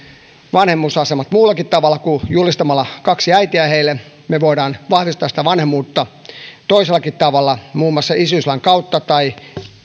vanhemmuusaseman muullakin tavalla kuin julistamalla kaksi äitiä me voimme vahvistaa sitä vanhemmuutta toisellakin tavalla muun muassa isyyslain kautta tai